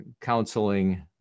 counseling